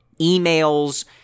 emails